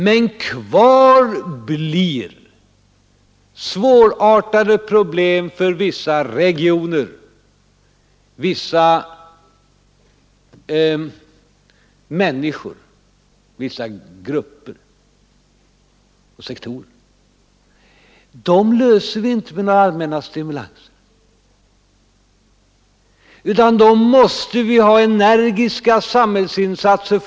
Men kvar blir svårartade problem för vissa regioner, vissa människor, vissa grupper och sektorer. Dem löser vi inte med allmänna stimulansåtgärder; dem måste vi hjälpa genom energiska samhällsinsatser.